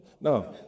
no